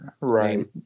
Right